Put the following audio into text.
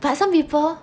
but some people